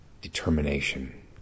determination